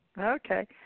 Okay